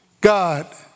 God